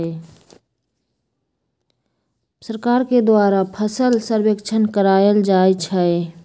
सरकार के द्वारा फसल सर्वेक्षण करायल जाइ छइ